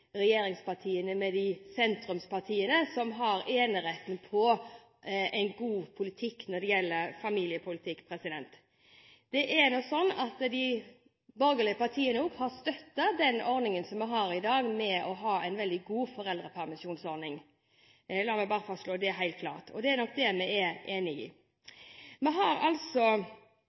regjeringspartiene – med sentrumspartiene – som har eneretten på en god familiepolitikk. De borgerlige partiene har også støttet den ordningen som vi har i dag med en veldig god foreldrepermisjonsordning, la meg bare få slå det helt fast, og det er nok det vi er enige om. Vi har altså